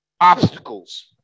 Obstacles